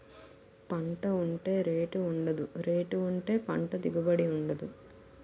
పంట ఉంటే రేటు ఉండదు, రేటు ఉంటే పంట దిగుబడి ఉండదు